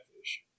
fish